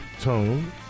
tone